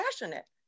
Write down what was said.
passionate